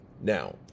now